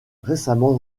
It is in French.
récemment